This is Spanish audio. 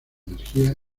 energía